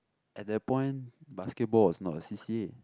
at that point basketball was not a C_C_A